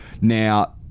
Now